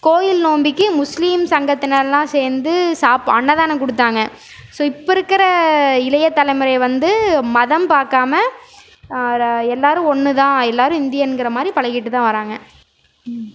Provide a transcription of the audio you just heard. கோயில் நோன்பிக்கி முஸ்லீம் சங்கத்தினரெலாம் சேர்ந்து சாப்பாடு அன்னதானம் கொடுத்தாங்க ஸோ இப்போது இருக்கிற இளைய தலைமுறை வந்து மதம் பார்க்காம ர எல்லாேரும் ஒன்று தான் எல்லாேரும் இந்தியங்கிற மாதிரி பழகிட்டுதான் வராங்க